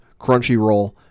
Crunchyroll